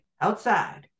outside